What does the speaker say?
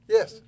Yes